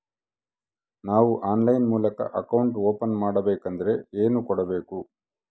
ನಾವು ಆನ್ಲೈನ್ ಮೂಲಕ account open ಮಾಡಬೇಂಕದ್ರ ಏನು ಕೊಡಬೇಕು?